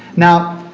now,